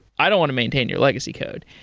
i don't want to maintain your legacy code.